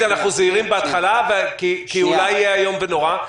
אנחנו זהירים בהתחלה כי אולי יהיה איום ונורא,